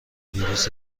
ویروس